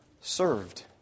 served